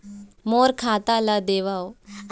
मोर खाता ला देवाव?